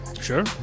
Sure